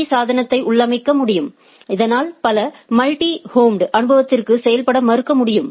பீ சாதனத்தை உள்ளமைக்க முடியும் இதனால் பல மல்டி ஹோம் அனுப்புவதற்கு செயல்பட மறுக்க முடியும்